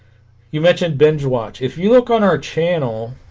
you mentioned binge watch if you look on our channel